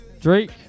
Drake